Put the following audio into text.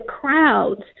crowds